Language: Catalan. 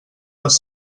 les